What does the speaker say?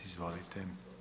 Izvolite.